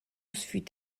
fut